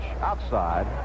outside